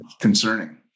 concerning